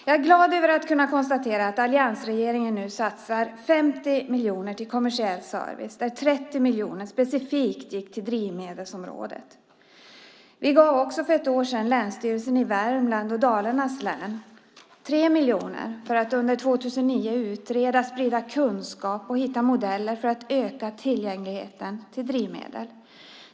Jag är glad över att kunna konstatera att alliansregeringen nu satsar 50 miljoner på kommersiell service, där 30 miljoner specifikt går till drivmedelsområdet. Vi gav också för ett år sedan länsstyrelserna i Värmlands och Dalarnas län 3 miljoner för att under 2009 utreda, sprida kunskap och hitta modeller för att öka tillgängligheten till drivmedel.